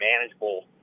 manageable